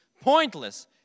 pointless